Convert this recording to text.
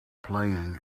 playing